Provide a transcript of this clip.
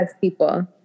people